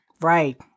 Right